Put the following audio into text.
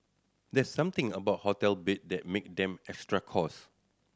there's something about hotel bed that make them extra